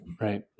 Right